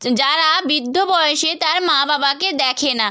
যারা বৃদ্ধ বয়সে তার মা বাবাকে দেখে না